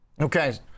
Okay